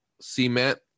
cement